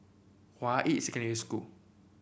Hua Yi Secondary School